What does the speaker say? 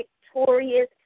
victorious